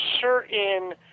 certain